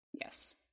yes